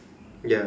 ya